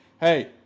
Hey